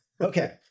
Okay